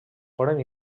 foren